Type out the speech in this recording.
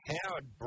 Howard